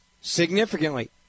significantly